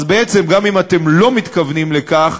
אז בעצם גם אם אתם לא מתכוונים לכך,